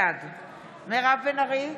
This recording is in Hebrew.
בעד מירב בן ארי,